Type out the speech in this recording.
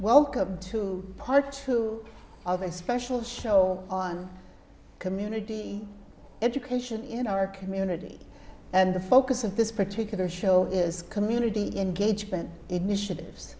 welcome to part two of a special show on community education in our community and the focus of this particular show is community engagement initiatives